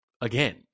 again